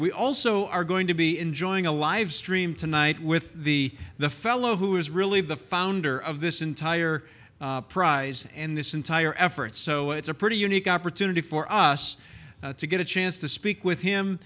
we also are going to be enjoying a live stream tonight with the the fellow who is really the founder of this entire prize in this entire effort so it's a pretty unique opportunity for us to get a chance to speak with him